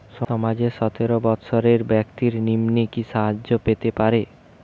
সমাজের সতেরো বৎসরের ব্যাক্তির নিম্নে কি সাহায্য পেতে পারে?